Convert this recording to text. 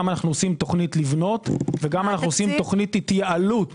אנו עושים תוכנית לבנות וגם אנו עושים תוכנית התייעלות